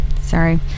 sorry